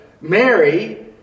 Mary